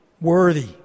worthy